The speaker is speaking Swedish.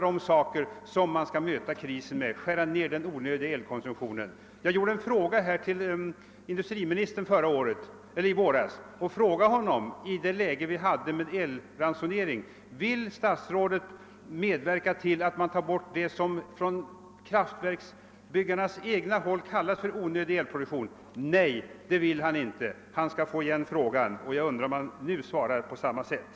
Då bör man möta krisen med att skära ned den onödiga elkonsumtionen. I våras, då vi hade elransonering, frågade jag industriministern: Vill statsrådet medverka till att man försöker få bort vad kraftverksbyggarna själva kallar onödig elkonsumtion? Nej, svarade han, det vill jag inte. Han skall få tillbaka frågan, och jag undrar om han nu svarar på samma sätt.